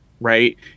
right